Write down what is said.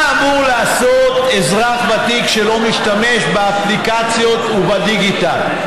מה אמור לעשות אזרח ותיק שלא משתמש באפליקציות ובדיגיטל?